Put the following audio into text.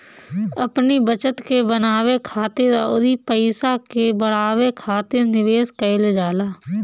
अपनी बचत के बनावे खातिर अउरी पईसा के बढ़ावे खातिर निवेश कईल जाला